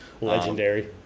legendary